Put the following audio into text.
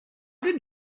did